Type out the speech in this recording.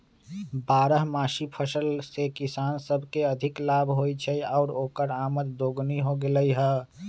बारहमासी फसल से किसान सब के अधिक लाभ होई छई आउर ओकर आमद दोगुनी हो गेलई ह